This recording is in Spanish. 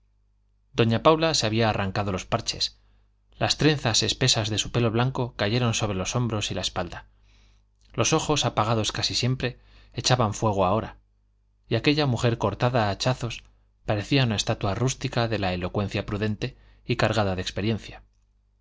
doña paula se había arrancado los parches las trenzas espesas de su pelo blanco cayeron sobre los hombros y la espalda los ojos apagados casi siempre echaban fuego ahora y aquella mujer cortada a hachazos parecía una estatua rústica de la elocuencia prudente y cargada de experiencia